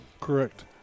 Correct